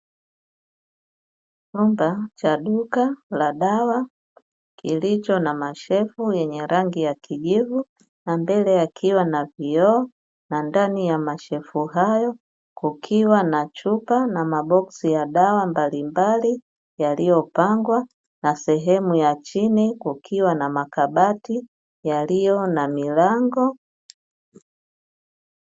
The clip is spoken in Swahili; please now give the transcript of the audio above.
Chumba cha duka la dawa kilicho na shelfu yenye rangi ya kijivu, na mbele yakiwa na vioo na ndani ya shelfu hizo kukiwa na chupa na maboksi ya dawa mbalimbali, yaliyopangwa na sehemu ya chini kukiwa na makabati yaliyo na milango.